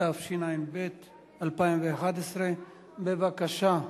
התשע"ב 2011. בבקשה.